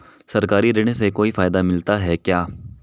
सरकारी ऋण से कोई फायदा मिलता है क्या?